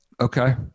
Okay